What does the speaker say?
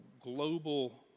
global